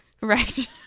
right